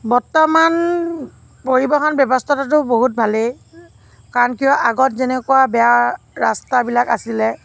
বৰ্তমান পৰিবহন ব্যৱস্থাটোতো বহুত ভালেই কাৰণ কিয় আগত যেনেকুৱা বেয়া ৰাস্তাবিলাক আছিলে